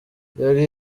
yari